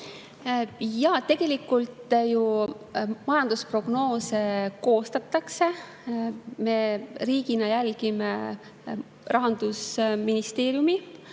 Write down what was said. Tegelikult ju majandusprognoose koostatakse. Me riigina jälgime enim Rahandusministeeriumi